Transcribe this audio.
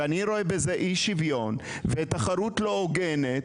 ואני רואה בזה אי-שוויון ותחרות לא הוגנת,